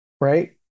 right